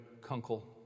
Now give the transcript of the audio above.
Kunkel